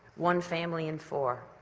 one family in four.